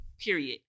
period